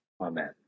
Amen